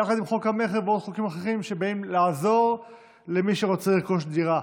יחד עם חוק המכר וחוקים אחרים שבאים לעזור למי שרוצה לרכוש דירה.